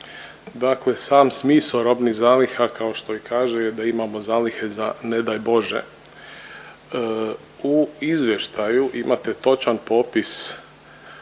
kao što i kaže je da imamo zalihe za ne daj Bože. U izvještaju imate točan popis